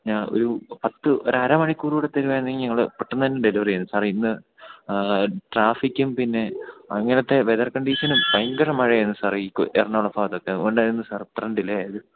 ഞാൻ ഒരു പത്ത് ഒരരമണിക്കൂറും കൂടെ തരുമായിരുന്നെങ്കില് ഞങ്ങള് പെട്ടെന്നുതന്നെ ഡെലിവറി ചെയ്യാമായിരുന്നു സാർ ഇന്ന് ട്രാഫിക്കും പിന്നെ അങ്ങനത്തെ വെതർ കണ്ടീഷനും ഭയങ്കരം മഴയായിരുന്നു സാറെ ഈ എറണാംകുളം ഭാഗത്തൊക്കെ അതുകൊണ്ടായിരുന്നു സാർ ഇത്രയും ഡിലെയായത്